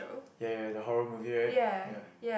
ya ya the horror movie right ya